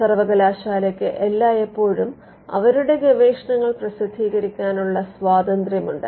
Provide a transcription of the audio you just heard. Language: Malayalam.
സർവ്വകലാശാലയ്ക്ക് എല്ലായെപ്പോഴും അവരുടെ ഗവേഷണങ്ങൾ പ്രസിദ്ധീകരിക്കാനുള്ള സ്വാതന്ത്യ്രം ഉണ്ട്